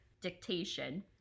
dictation